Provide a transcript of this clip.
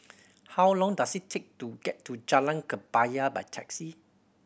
how long does it take to get to Jalan Kebaya by taxi